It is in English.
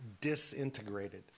disintegrated